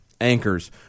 anchors